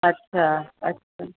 अच्छा अच्छा